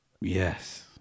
Yes